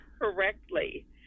correctly